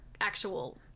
actual